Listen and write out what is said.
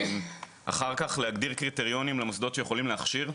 אחר כך להגדיר קריטריונים למוסדות שיכולים להכשיר,